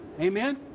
Amen